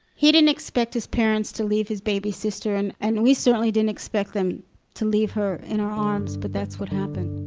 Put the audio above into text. he didn't expect his parents to leave his baby sister, and and we certainly didn't expect them to leave her in our arms, but that's what happened.